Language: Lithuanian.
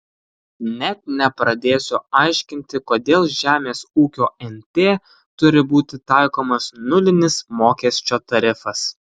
net nepradėsiu aiškinti kodėl žemės ūkio nt turi būti taikomas nulinis mokesčio tarifas